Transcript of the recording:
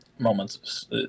moments